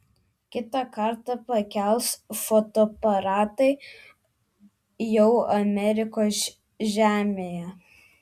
kitą kartą pakels fotoaparatą jau amerikos žemėje